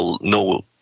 no